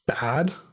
bad